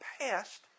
past